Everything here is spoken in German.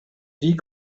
wie